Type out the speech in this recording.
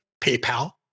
PayPal